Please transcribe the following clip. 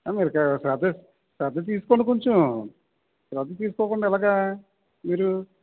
మీరు శ్రద్ధ శ్రద్ధ తీసుకోండి కొంచెం శ్రద్ధ తీసుకోకుండా ఎలాగా మీరు